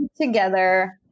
together